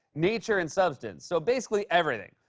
nature, and substance. so basically, everything.